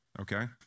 Okay